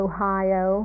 Ohio